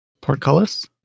Portcullis